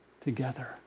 together